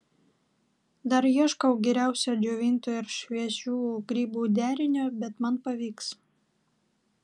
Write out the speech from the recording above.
dar ieškau geriausio džiovintų ir šviežių grybų derinio bet man pavyks